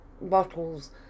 bottles